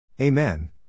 Amen